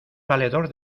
valedor